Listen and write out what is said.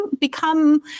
become